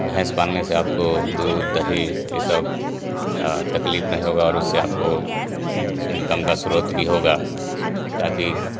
भैंस पालने से आपको दूध दही ई सब तकलीफ नहीं होगा और उससे आपको इनकम का स्रोत भी होगा